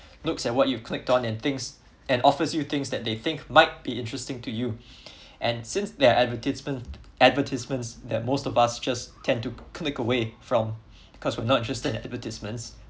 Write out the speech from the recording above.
looks at what you click on and things and offers you things that they think might be interesting to you and since their advertisement advertisements that most of us just tend to click away from because we're not interested in advertisements